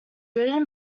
written